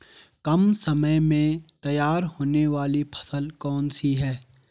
कम समय में तैयार होने वाली फसल कौन सी है?